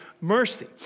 mercy